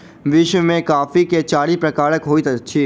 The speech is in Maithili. विश्व में कॉफ़ी के चारि प्रकार होइत अछि